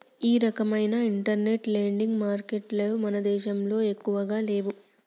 ఈ రకవైన internet lending మారికెట్టులు మన దేశంలో ఎక్కువగా లేవు